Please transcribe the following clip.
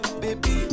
baby